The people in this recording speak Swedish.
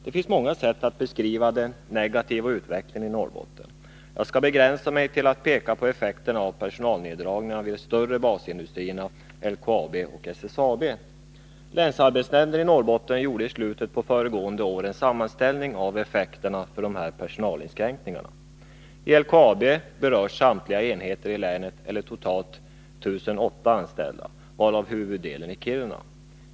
Det finns många sätt att beskriva den negativa utvecklingen i Norrbotten. Jag skall begränsa mig till att peka på effekterna av personalneddragningarna vid de större basindustrierna, LKAB och SSAB. Länsarbetsnämnden i Norrbotten gjorde i slutet på föregående år en sammanställning av effekterna av de här personalinskränkningarna. I LKAB berörs samtliga enheter i länet eller totalt 1008 anställda, varav huvuddelen i Kiruna.